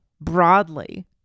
broadly